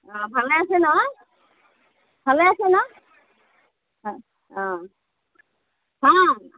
অঁ ভালে আছেই নহয় ভালে আছে ন' অঁ অঁ অঁ